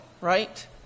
right